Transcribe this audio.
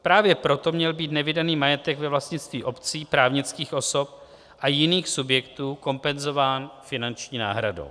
Právě proto měl být nevydaný majetek ve vlastnictví obcí, právnických osob a jiných subjektů kompenzován finanční náhradou.